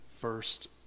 first